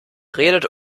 redet